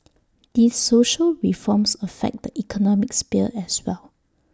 these social reforms affect the economic sphere as well